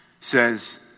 says